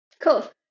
Cool